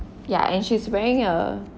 ya and she's wearing a